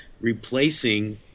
replacing